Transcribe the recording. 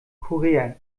korea